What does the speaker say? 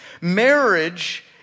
Marriage